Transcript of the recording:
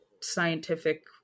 scientific